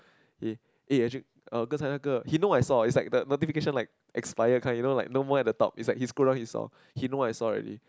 eh eh actua~ 跟才那个：gen cai na ge he know I saw it's like the the notification like expire kind you know like no more at the top it's like he scroll down he saw he know I saw already